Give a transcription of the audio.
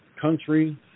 country